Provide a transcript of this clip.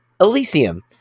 Elysium